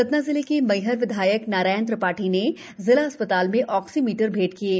सतना जिले के मैहर विधायक नारायण त्रि ाठी ने जिला अस् ताल में ऑक्सीमीटर भेंट किये